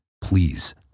please